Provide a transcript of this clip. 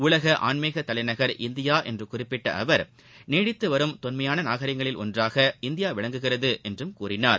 உலகின் தலைநகர் இந்தியாஎன்றுகுறிப்பிட்டஅவர் ஆன்மீகத் நீடித்துவரும் தொன்மையானநாகரீகங்களில் ஒன்றாக இந்தியாவிளங்குகிறதுஎன்றும் கூறினார்